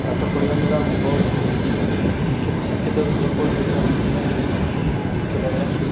ପାଠ ପଢ଼ିବା ଦ୍ୱାରା ମୁଁ ବହୁତ ଶିକ୍ଷତ ଶିକ୍ଷିତ ଲୋକ ସହିତ ମିଶିଲେ ହିଁ ସବୁ ଶିଖିପାରିବା